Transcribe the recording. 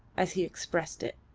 as he expressed it.